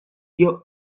dio